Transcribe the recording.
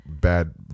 bad